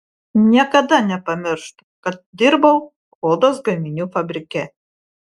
niekada nepamirštu kad dirbau odos gaminių fabrike